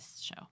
show